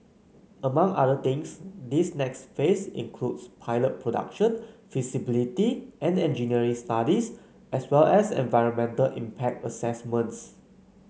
among other things this next phase includes pilot production feasibility and engineering studies as well as environmental impact assessments